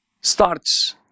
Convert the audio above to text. starts